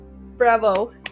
Bravo